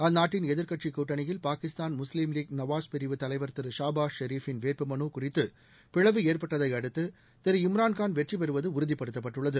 அந்நாட்டின் எதிர்க்கட்சிக் கூட்டணியில் பாகிஸ்தான் முஸ்லீம் லீக் நவாஸ் பிரிவு தலைவர் திரு ஷாபாஷ் ஷெரீஃப்பின் வேட்பு மனு குறித்து பிளவு ஏற்பட்டதை அடுத்து திரு இம்ரான் கான் வெற்றி பெறுவது உறுதிப்படுத்தப்பட்டுள்ளது